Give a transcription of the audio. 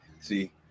See